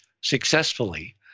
successfully